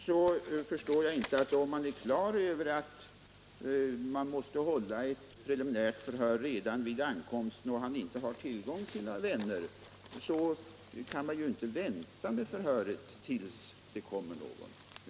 Om ett preliminärt förhör måste hållas redan vid flyktingens ankomst och han inte har tillgång till vänner, kan man naturligtvis inte vänta med förhöret tills det kommer någon.